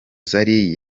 zari